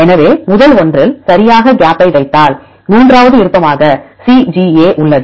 எனவே முதல் ஒன்றில் சரியாக கேப்பை வைத்தால் மூன்றாவது விருப்பமாக CGA உள்ளது